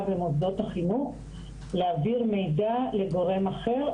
במוסדות החינוך להעביר מידע לגורם אחר,